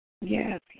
Yes